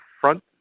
front